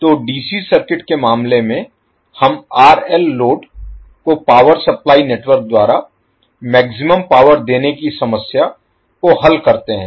तो DC circuit के मामले में हम आरएल लोड को पावर सप्लाई नेटवर्क द्वारा मैक्सिमम पावर देने की समस्या को हल करते हैं